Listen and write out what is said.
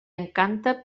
encanta